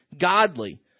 godly